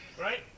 Right